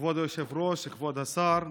כבוד היושב-ראש, כבוד השר,